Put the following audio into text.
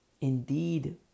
Indeed